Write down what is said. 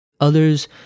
Others